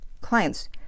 clients